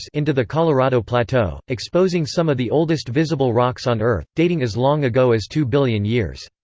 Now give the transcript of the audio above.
into the colorado plateau, exposing some of the oldest visible rocks on earth, dating as long ago as two billion years.